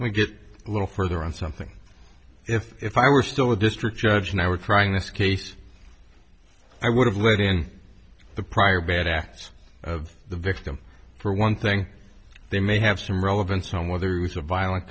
me get a little further on something if if i were still a district judge and i were trying this case i would have let in the prior bad acts of the victim for one thing they may have some relevance on whether it was a violent